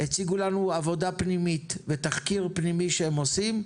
הציגו לנו עבודה פנימית ותחקיר פנימי שהם עושים.